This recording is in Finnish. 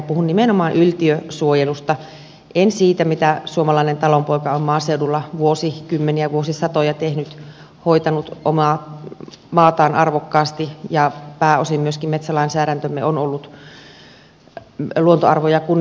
puhun nimenomaan yltiösuojelusta en siitä mitä suomalainen talonpoika on maaseudulla vuosikymmeniä vuosisatoja tehnyt hoitanut omaa maataan arvokkaasti ja pääosin myöskin metsälainsäädäntömme on ollut luontoarvoja kunnioittavaa